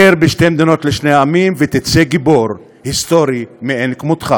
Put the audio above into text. הכר שתי מדינות לשני עמים ותצא גיבור היסטורי מאין-כמותך.